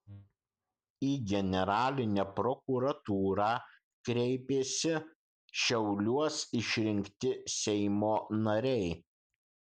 į generalinę prokuratūrą kreipėsi šiauliuos išrinkti seimo nariai